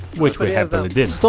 which we happily did so